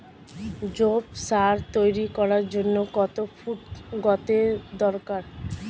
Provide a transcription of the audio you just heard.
জৈব সার তৈরি করার জন্য কত ফুট গর্তের দরকার?